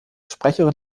sprecherin